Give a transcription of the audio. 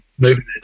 moving